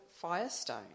Firestone